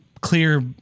clear